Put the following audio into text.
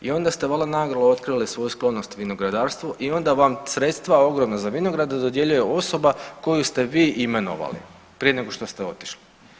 I onda ste valjda naglo otkrili svoju sklonost vinogradarstvu i onda vam sredstva ogromna za vinograde dodjeljuje osoba koju ste vi imenovali prije nego što ste otišli.